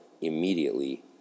immediately